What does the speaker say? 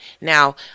now